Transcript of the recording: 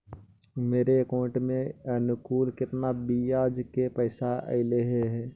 मेरे अकाउंट में अनुकुल केतना बियाज के पैसा अलैयहे?